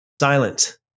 silent